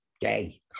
gay